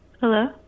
hello